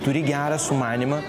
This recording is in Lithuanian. turi gerą sumanymą